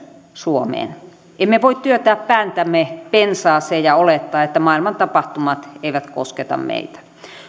suomeen emme voi työntää päätämme pensaaseen ja olettaa että maailman tapahtumat eivät kosketa meitä